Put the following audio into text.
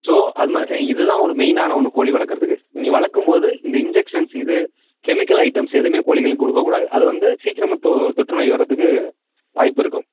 so அது மாதிரி இது தான் ஒரு மெயினான ஒன்று கோழி வளர்க்கறதுக்கு நீங்கள் வளர்க்கும் போது இந்த இன்ஜெக்ஷன்ஸ் இது கெமிக்கல் ஐட்டம்ஸ் எதுவுமே கோழிகளுக்கு கொடுக்கக்கூடாது அது வந்து சீக்கிரமாக தொ தொற்று நோய் வர்றத்துக்கு வாய்ப்பிருக்கும்